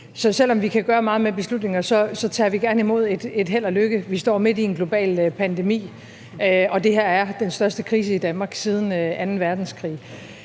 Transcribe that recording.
Så selv om vi kan gøre meget med beslutninger, tager vi gerne imod et held og lykke. Vi står midt i en global pandemi, og det her er den største krise i Danmark siden anden verdenskrig.